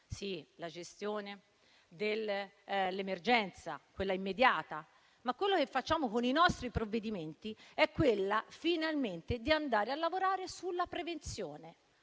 alla gestione dell'emergenza immediata: ma quello che facciamo con i nostri provvedimenti però è finalmente andare a lavorare sulla prevenzione.